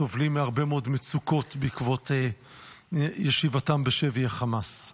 הם סובלים מהרבה מאוד מצוקות בעקבות ישיבתם בשבי החמאס.